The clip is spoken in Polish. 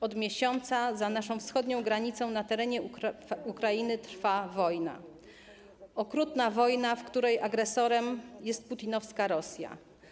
Od miesiąca za naszą wschodnią granicą na terenie Ukrainy trwa wojna, okrutna wojna, w której agresorem jest putinowska Rosja.